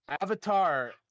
Avatar